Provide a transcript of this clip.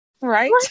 right